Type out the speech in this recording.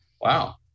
Wow